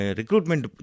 recruitment